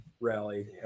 rally